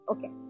Okay